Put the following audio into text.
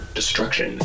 destruction